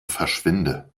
verschwinde